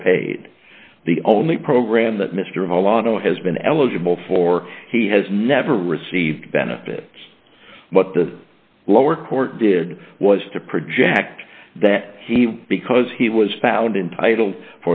were paid the only program that mr hall on has been eligible for he has never received benefit but the lower court did was to project that because he was found in